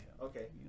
Okay